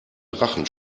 drachen